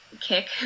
kick